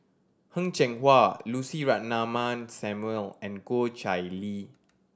Heng Cheng Hwa Lucy Ratnammah Samuel and Goh Chiew Lye